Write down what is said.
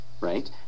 right